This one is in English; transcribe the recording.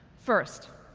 first,